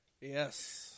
Yes